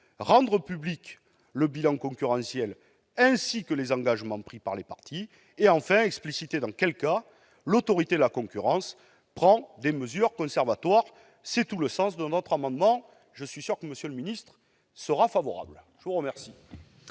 rendre publics le bilan concurrentiel ainsi que les engagements pris par les parties et d'expliciter dans quel cas l'Autorité de la concurrence prend des mesures conservatoires. C'est tout le sens de cet amendement auquel, j'en suis sûr, M. le ministre sera favorable. L'amendement